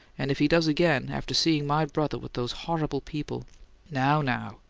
and if he does again, after seeing my brother with those horrible people now, now!